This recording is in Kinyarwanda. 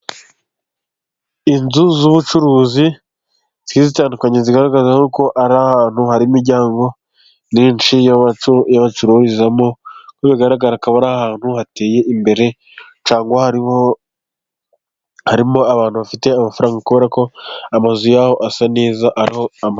Inzu z'ubucuruzi zigiye zitandukanye, zigaragaza y'uko ari ahantu harimo imiryango myinshi bacururizamo, nkuko bigaragara akaba ari ahantu hateye imbere cyangwa harimo abantu bafite amafaranga, kubera ko amazu yaho asa neza.